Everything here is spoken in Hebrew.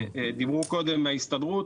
דיברו קודם מההסתדרות